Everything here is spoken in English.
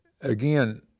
again